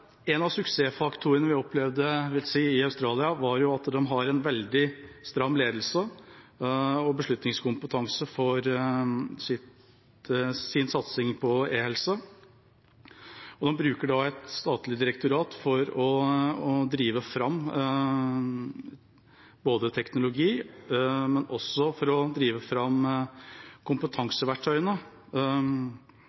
en av suksessfaktorene jeg vil si at vi opplevde i Australia, var at de har en veldig stram ledelse og beslutningskompetanse for sin satsing på e-helse. De bruker et statlig direktorat for å drive fram både teknologi og kompetanseverktøyene for dem som skal ta i bruk teknologien. Det er også